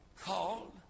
called